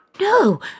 No